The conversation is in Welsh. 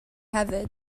hefyd